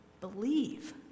believe